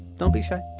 don't be shy.